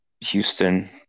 Houston